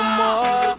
more